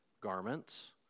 garments